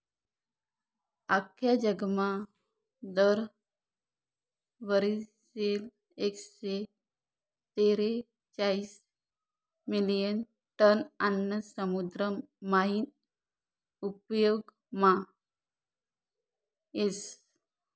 आख्खा जगमा दर वरीसले एकशे तेरेचायीस मिलियन टन आन्न समुद्र मायीन उपेगमा येस